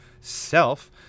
self